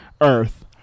earth